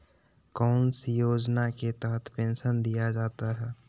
कौन सी योजना के तहत पेंसन दिया जाता है?